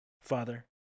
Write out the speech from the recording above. father